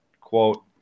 quote